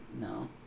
No